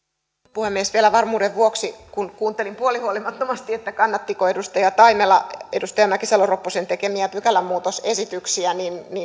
puhemies vielä varmuuden vuoksi kun kuuntelin puolihuolimattomasti kannattiko edustaja taimela edustaja mäkisalo ropposen tekemiä pykälämuutosesityksiä